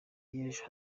y’ejo